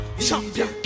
Champion